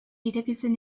irekitzen